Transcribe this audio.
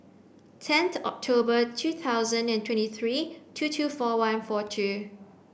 ten October two thousand and twenty three two two four one four two